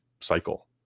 cycle